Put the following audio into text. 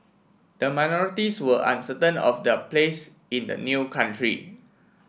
the minorities were uncertain of their place in the new country